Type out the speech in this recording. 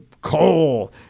coal